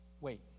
Wait